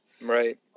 Right